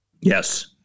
Yes